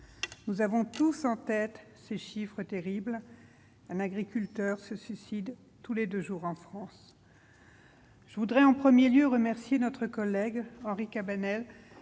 Nous avons tous en tête ce chiffre terrible : un agriculteur se suicide tous les deux jours en France. Je voudrais en premier lieu remercier notre collègue, Henri Cabanel,